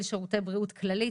של שירותי בריאות כללית,